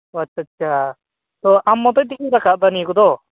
ᱚ ᱟᱪᱪᱷᱟ ᱟᱪᱪᱷᱟ ᱛᱚ ᱟᱢ ᱢᱚᱛᱚᱡ ᱛᱮᱜᱮᱢ ᱨᱟᱠᱟᱵ ᱫᱟ ᱱᱤᱭᱟᱹ ᱠᱚᱫᱚ